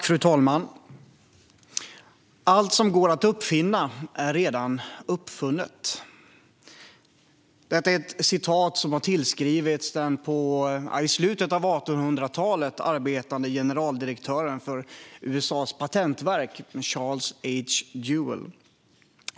Fru talman! "Allt som går att uppfinna är redan uppfunnet." Detta är ett citat som har tillskrivits den i slutet av 1800-talet arbetande generaldirektören för USA:s patentverk, Charles H. Duell.